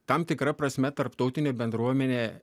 tam tikra prasme tarptautinė bendruomenė